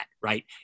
right